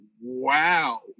Wow